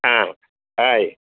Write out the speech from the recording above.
आं हय